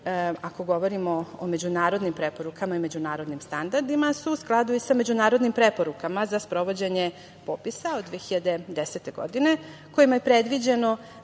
ako govorimo o međunarodnim preporukama i međunarodnim standardima, u skladu i sa međunarodnim preporukama za sprovođenje popisa od 2010. godine, kojima je predviđeno